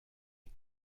est